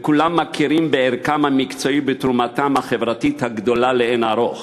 וכולם מכירים בערכם המקצועי ובתרומתם החברתית הגדולה לאין ערוך.